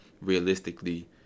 realistically